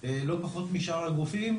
לא פחות משאר הגופים,